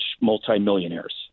multimillionaires